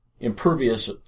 Impervious